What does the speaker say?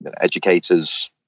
educators